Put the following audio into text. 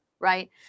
Right